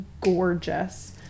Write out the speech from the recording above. gorgeous